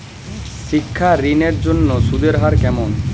শিক্ষা ঋণ এর জন্য সুদের হার কেমন?